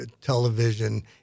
television